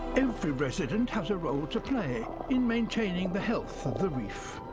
every resident has a role to play in maintaining the health of the reef.